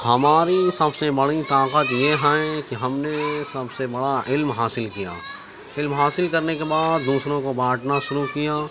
ہماری سب سے بڑی طاقت یہ ہیں کہ ہم نے سب سے بڑا علم حاصل کیا علم حاصل کرنے کے بعد دوسروں کو بانٹنا شروع کیا